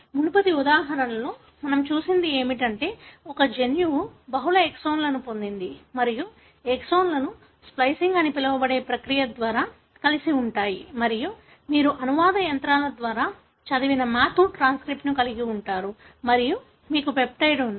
మునుపటి ఉదాహరణలో మనం చూసింది ఏమిటంటే ఒక జన్యువు బహుళ ఎక్సోన్లను పొందింది మరియు ఎక్సోన్లు స్ప్లికింగ్ అని పిలవబడే ప్రక్రియ ద్వారా కలిసి ఉంటాయి మరియు మీరు అనువాద యంత్రాల ద్వారా చదివిన మాతూర్ ట్రాన్స్క్రిప్ట్ను కలిగి ఉంటారు మరియు మీకు పెప్టైడ్ ఉంది